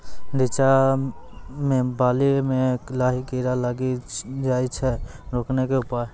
रिचा मे बाली मैं लाही कीड़ा लागी जाए छै रोकने के उपाय?